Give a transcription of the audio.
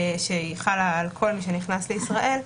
שהיא חלה על כל מי שנכנס לישראל,